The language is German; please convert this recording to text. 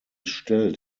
stellt